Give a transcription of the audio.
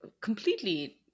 completely